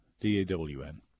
D-A-W-N